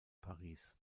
paris